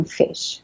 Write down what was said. fish